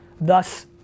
Thus